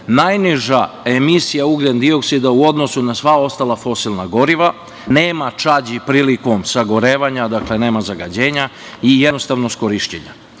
najniža emisija ugljendioksida u odnosu na sva ostala fosilna goriva, nema čađi prilikom sagorevanja, dakle nema zagađenja i jednostavnost korišćenja. Druga